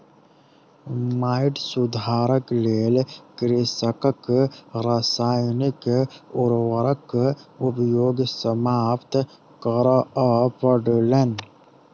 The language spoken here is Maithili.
माइट सुधारक लेल कृषकक रासायनिक उर्वरक उपयोग समाप्त करअ पड़लैन